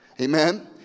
Amen